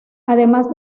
además